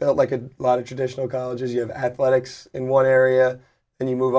like a lot of traditional colleges you have athletics in one area and you move